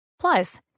Plus